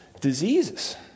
diseases